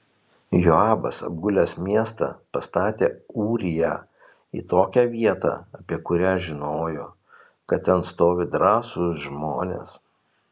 joabas apgulęs miestą pastatė ūriją į tokią vietą apie kurią žinojo kad ten stovi drąsūs žmonės